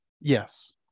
Yes